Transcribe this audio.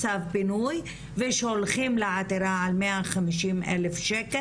צו פינוי ושולחים לה עתירה על 150 אלף ₪,